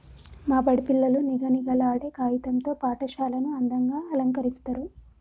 మా బడి పిల్లలు నిగనిగలాడే కాగితం తో పాఠశాలను అందంగ అలంకరిస్తరు